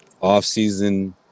Off-season